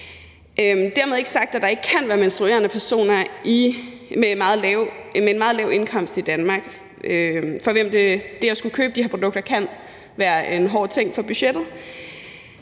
Dermed ikke sagt, at der ikke kan være menstruerende personer med en meget lav indkomst i Danmark, for hvem det at skulle købe de her produkter kan være en hård ting for budgettet.